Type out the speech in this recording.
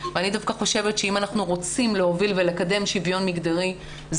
ואני דווקא חושבת שאם אנחנו רוצים להוביל ולקדם שוויון מגדרי,